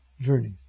journey